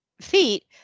feet